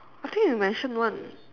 I think you mentioned one